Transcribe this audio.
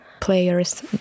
players